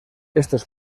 estos